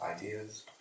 ideas